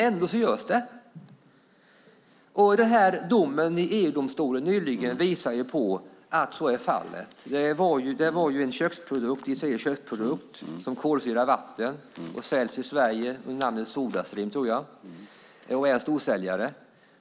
Ändå görs det. Domen i EU-domstolen nyligen visar att så är fallet. Det var en köksprodukt som kolsyrar vatten och säljs till Sverige under namnet Sodastream, tror jag. Det är en storsäljare.